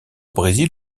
brésil